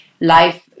life